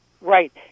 Right